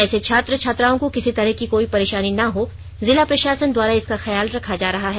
ऐसे छात्र छात्राओं को किसी तरह की कोई परेशानी ना हो जिला प्रशासन द्वारा इसका ख्याल रखा जा रहा है